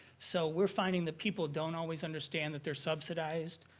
so we're finding that people don't always understand that they're subsidized.